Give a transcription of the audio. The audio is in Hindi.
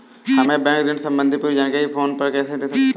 हमें बैंक ऋण संबंधी पूरी जानकारी फोन पर कैसे दे सकता है?